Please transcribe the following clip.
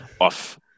off